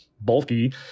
bulky